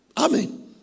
Amen